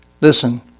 Listen